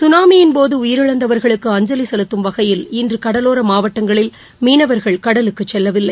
சுனாமியின்போதுஉயிரிழந்தவர்களுக்கு அஞ்சலிசெலுத்தும் வகையில் இன்றுகடலோரமாவட்டங்களில் மீனவர்கள் கடலுக்குச் செல்லவில்லை